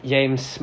James